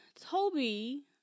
Toby